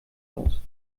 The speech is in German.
aus